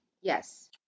Yes